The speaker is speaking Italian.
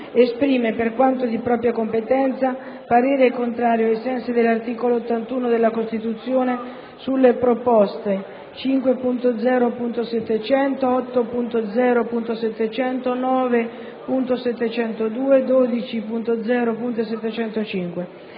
esprime, per quanto di propria competenza, parere contrario ai sensi dell'articolo 81 della Costituzione, sulle proposte 5.0.700, 8.0.700, 9.702, 12.0.705.